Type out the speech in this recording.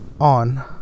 on